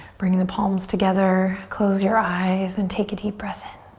bring the palms together, close your eyes and take a deep breath in.